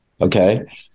Okay